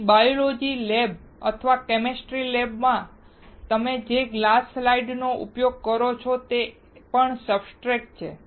તેથી biology lab અથવા chemistry lab માં તમે જે ગ્લાસ સ્લાઇડ નો ઉપયોગ કરો છો તે પણ સબસ્ટ્રેટ છે